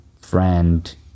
friend